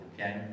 okay